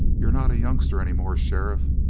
you're not a youngster any more, sheriff,